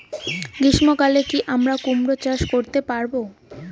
গ্রীষ্ম কালে কি আমরা কুমরো চাষ করতে পারবো?